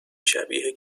شبیه